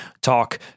talk